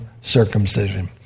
circumcision